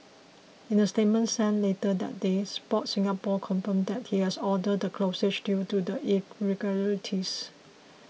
in a statement sent later that day Sport Singapore confirmed that it has ordered the closure due to the irregularities